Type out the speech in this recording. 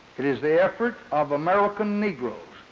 it is the effort of american negroes